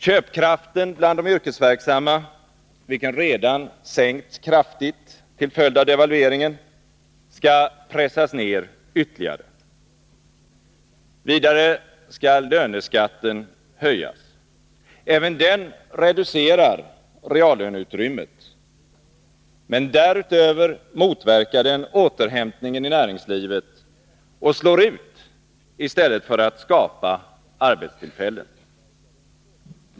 Köpkraften bland de yrkesverksamma, vilken redan sänkts kraftigt till följd av devalveringen, skall pressas ned ytterligare. Vidare skall löneskatten höjas. Även den reducerar reallöneutrymmet. Men därutöver motverkar den återhämtningen i näringslivet och slår ut i stället för att skapa arbetstillfällen.